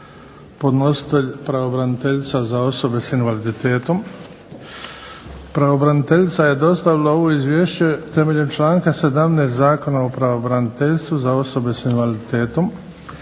Podnositelj: Pravobraniteljica za osobe s invaliditetom Pravobraniteljica je dostavila ovo Izvješće temeljem članka 17. Zakona o pravobraniteljstvu za osobe sa invaliditetom.